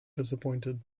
disappointed